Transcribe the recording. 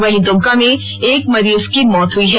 वहीं दुमका में एक मरीज की मौत हुई है